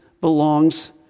belongs